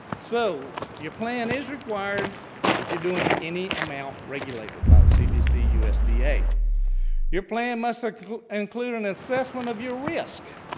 so, your plan is required if you're doing any amount regulated by the cdc, usda. your plan must like include an assessment of your risk.